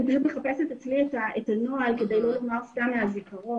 רציתי לחפש את הנוהל כדי לא לומר סתם מהזיכרון.